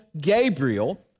Gabriel